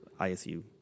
ISU